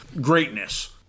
greatness